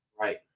Right